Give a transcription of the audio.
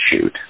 shoot